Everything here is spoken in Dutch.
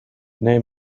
neem